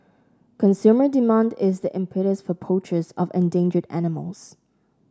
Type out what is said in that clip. consumer demand is the impetus for poachers of endangered animals